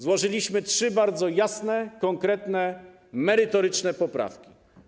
Złożyliśmy trzy bardzo jasne, konkretne, merytoryczne poprawki.